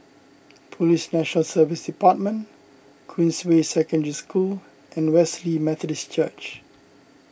Police National Service Department Queensway Secondary School and Wesley Methodist Church